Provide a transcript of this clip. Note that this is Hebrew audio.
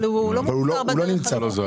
אבל הוא לא מוסדר בדרך הזאת.